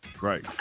Right